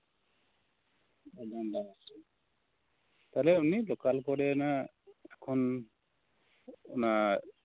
ᱚᱱᱟᱜᱮ ᱛᱟᱞᱦᱮ ᱚᱱᱟ ᱞᱳᱠᱟᱞ ᱠᱚᱨᱮᱱᱟᱜ ᱚᱱᱟ